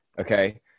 Okay